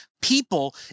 people